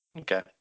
Okay